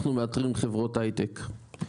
אנחנו מאתרים חברות הייטק,